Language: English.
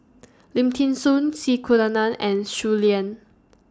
Lim Thean Soo C Kunalan and Shui Lan